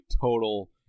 total